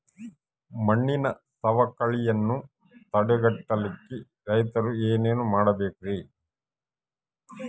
ಮಣ್ಣಿನ ಸವಕಳಿಯನ್ನ ತಡೆಗಟ್ಟಲಿಕ್ಕೆ ರೈತರು ಏನೇನು ಮಾಡಬೇಕರಿ?